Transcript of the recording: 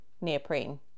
neoprene